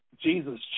Jesus